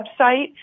website